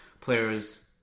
players